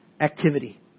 activity